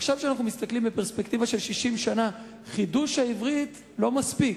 עכשיו כשאנחנו מסתכלים בפרספקטיבה של 60 שנה חידוש העברית לא מספיק.